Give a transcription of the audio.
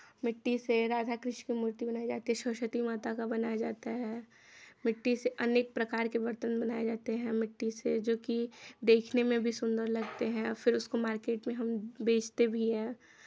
मिट्टी से राधाकृष्ण की मूर्ति बनाई जाती है सरस्वती माता का बनाया जाता है मिट्टी से अनेक प्रकार के बर्तन बनाये जाते हैं मिट्टी से जो कि देखने में भी सुन्दर लगते हैं फिर उसको मार्केट में हम बेचते भी हैं